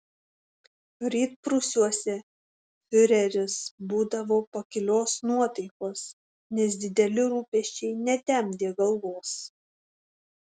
rytprūsiuose fiureris būdavo pakilios nuotaikos nes dideli rūpesčiai netemdė galvos